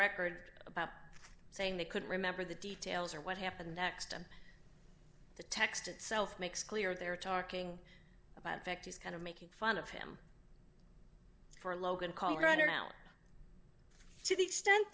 record about saying they couldn't remember the details or what happened next and the text itself makes clear they're talking about fact he's kind of making fun of him for logan colorado now to the extent